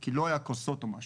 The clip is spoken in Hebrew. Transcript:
כי לא היה כוסות או משהו.